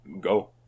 Go